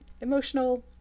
Emotional